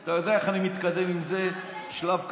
אתה יודע איך אני מתקדם עם זה שלב קדימה,